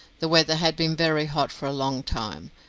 the weather had been very hot for a long time,